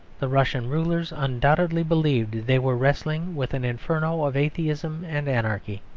the russian rulers undoubtedly believed they were wrestling with an inferno of atheism and anarchy.